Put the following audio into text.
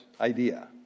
idea